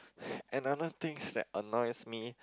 another thing that annoys me